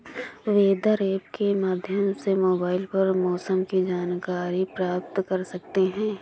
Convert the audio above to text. weather app के माध्यम से मोबाइल पर मौसम की जानकारी प्राप्त कर सकते हैं